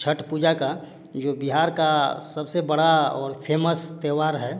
छठ पूजा का जो बिहार का सबसे बड़ा और फेमस त्योहार है